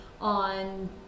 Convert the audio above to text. on